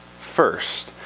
first